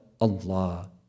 Allah